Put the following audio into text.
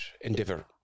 endeavor